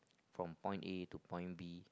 from point A to point B